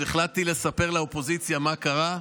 אז החלטתי לספר לאופוזיציה מה קרה,